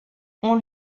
ont